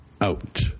out